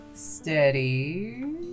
Steady